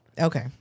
Okay